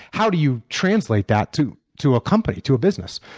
how do you translate that to to a company, to a business?